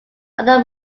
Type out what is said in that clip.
other